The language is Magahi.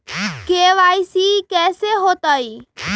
के.वाई.सी कैसे होतई?